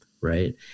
right